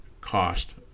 cost